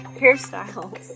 hairstyles